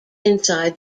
inside